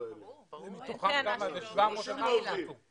עד עכשיו הם בדקו מעל 9,000 פניות.